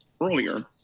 earlier